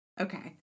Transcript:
okay